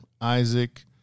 Isaac